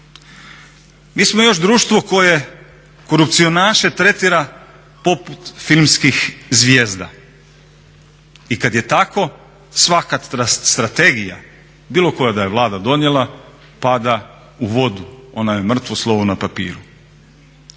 Mi smo još društvo koje korupcionaše tretira poput filmskih zvijezda i kada je tako svaka strategija bilo koja da je vlada donijela pada u vodu, ona je mrtvo slovo na papiru.